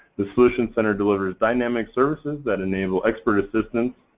the solutions center delivers dynamic services that enable expert assistance,